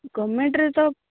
ଗମେଣ୍ଟ୍ରେ ତ